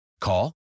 Call